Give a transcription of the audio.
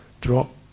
drop